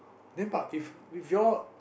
then but if if your